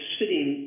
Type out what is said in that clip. sitting